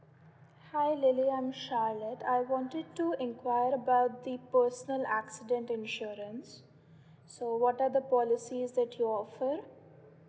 hi lily I'm charlotte I wanted to enquire about the personal accident insurance so what are the policies that you offer